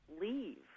leave